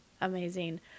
Amazing